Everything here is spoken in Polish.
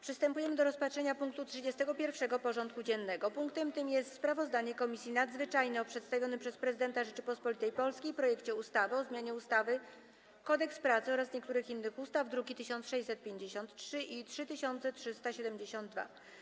Przystępujemy do rozpatrzenia punktu 31. porządku dziennego: Sprawozdanie Komisji Nadzwyczajnej o przedstawionym przez Prezydenta Rzeczypospolitej Polskiej projekcie ustawy o zmianie ustawy Kodeks pracy oraz niektórych innych ustaw (druki nr 1653 i 3372)